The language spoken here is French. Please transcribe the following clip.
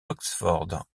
oxford